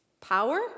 Power